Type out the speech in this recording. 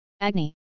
Agni